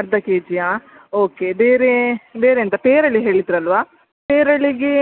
ಅರ್ಧ ಕೆ ಜಿಯ ಓಕೆ ಬೇರೆ ಬೇರೆ ಎಂತ ಪೇರಳೆ ಹೇಳಿದ್ದರಲ್ವಾ ಪೇರಳೆಗೆ